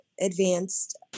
advanced